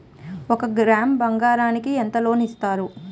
ఒక గ్రాము బంగారం కి ఎంత లోన్ ఇస్తారు?